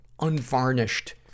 unvarnished